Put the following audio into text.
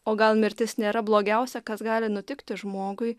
o gal mirtis nėra blogiausia kas gali nutikti žmogui